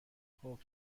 خوب